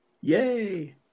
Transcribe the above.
Yay